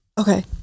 okay